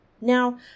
now